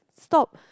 stop